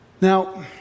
Now